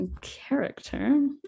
character